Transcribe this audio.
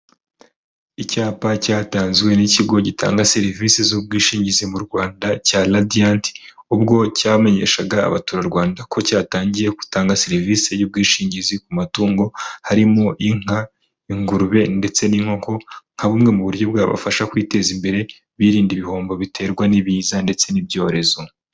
Icyapa cyatanzwe n'ikigo gitanga serivisi z'ubwishingizi mu Rwanda cya RADIANT, ubwo cyamenyeshaga Abaturarwanda ko cyatangiye gutanga serivise y'ubwishingizi ku matungo, harimo inka, ingurube, ndetse n'inkoko, nka bumwe mu buryo bwabafasha kwiteza imbere birinda ibihombo biterwa n'ibiza ndetse n'ibyorezo.